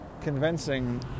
convincing